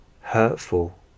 hurtful